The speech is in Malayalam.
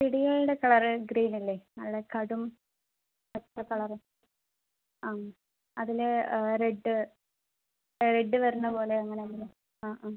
പിടിയായിടെ കളർ ഗ്രീൻ ഇല്ലേ നല്ല കടും പച്ച കളർ ആ അതിൽ റെഡ് റെഡ് വരുന്നത് പോലെ അങ്ങനെ എന്തെങ്കിലും ആ ആ